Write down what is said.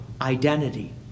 identity